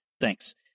Thanks